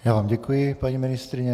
Já vám děkuji, paní ministryně.